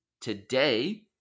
today